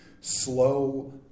slow